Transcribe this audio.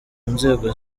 nzego